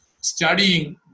Studying